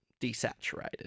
desaturated